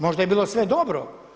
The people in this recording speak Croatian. Možda je bilo sve dobro.